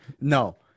no